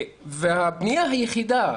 הבנייה היחידה,